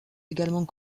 également